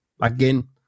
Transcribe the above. Again